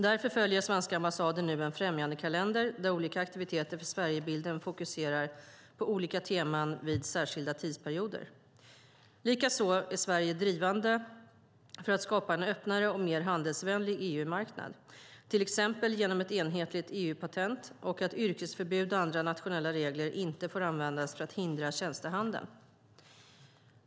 Därför följer svenska ambassader nu en främjandekalender, där olika aktiviteter för Sverigebilden fokuserar på olika teman vid särskilda tidsperioder. Likaså är Sverige drivande för att skapa en öppnare och mer handelsvänlig EU-marknad, till exempel genom ett enhetligt EU-patent och att yrkesförbud och andra nationella regler inte får användas för att hindra tjänstehandeln.